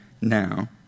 now